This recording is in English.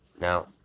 Now